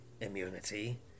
immunity